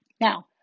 Now